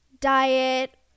diet